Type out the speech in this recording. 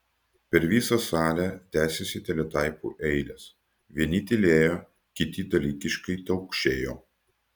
per visą salę tęsėsi teletaipų eilės vieni tylėjo kiti dalykiškai taukšėjo